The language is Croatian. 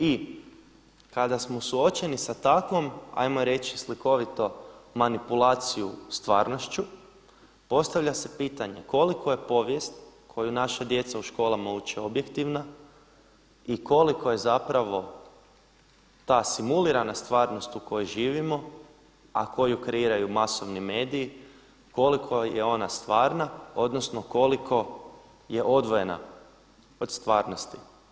I kada smo suočeni sa takvom, ajmo reći slikovito manipulaciju stvarnošću, postavlja se pitanje koliko je povijest koju naša djeca u školama uče objektivna i koliko je ta simulirana stvarnost u kojoj živimo, a koju kreiraju masovni mediji koliko je ona stvarna odnosno koliko je odvojena od stvarnosti.